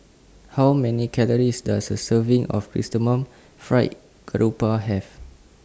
How Many Calories Does A Serving of Chrysanthemum Fried Garoupa Have